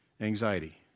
anxiety